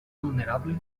vulnerable